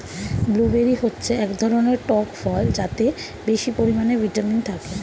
blueberry হচ্ছে এক ধরনের টক ফল যাতে বেশি পরিমাণে ভিটামিন থাকে